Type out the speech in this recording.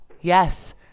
Yes